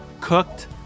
cooked